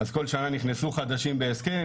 כל שנה נכנסו חדשים בהסכם,